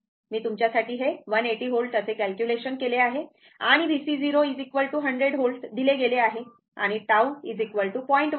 मी तुमच्यासाठी हे 180 व्होल्ट असे कॅलक्युलेशन केले आहे आणि Vc 0 100 व्होल्ट दिले गेले आहे आणि tau 0